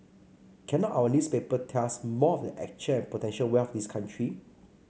cannot our newspaper tell us more of the actual and potential wealth of this country